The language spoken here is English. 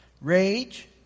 rage